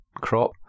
crop